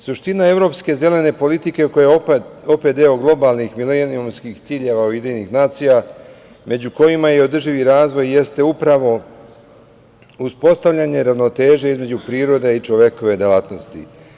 Suština evropske zelene politike, koja je opet deo globalnih milenijumskih ciljeva Ujedinjenih nacija, među kojima je održivi razvoj, jeste upravo uspostavljanje ravnoteže između prirode i čovekove delatnosti.